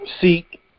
seek